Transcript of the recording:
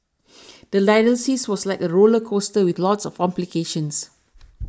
the dialysis was like a roller coaster with lots of complications